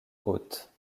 hôtes